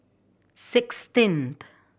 sixteenth